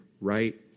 right